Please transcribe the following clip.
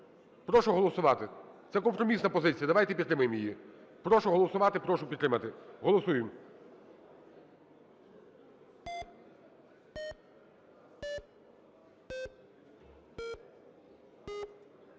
прошу голосувати. Це компромісна позиція, давайте підтримаємо її. Прошу голосувати. Прошу підтримати. Голосуємо.